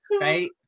right